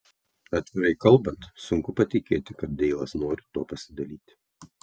atvirai kalbant sunku patikėti kad deilas nori tuo pasidalyti